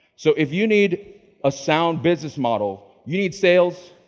so if you need a sound business model. you need sales.